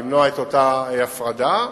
למנוע את אותה הפרדה,